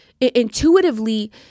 intuitively